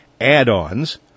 add-ons